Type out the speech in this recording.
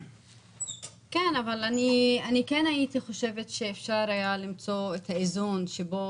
כן הייתי חושבת שאפשר היה למצוא א האיזון בו